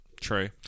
true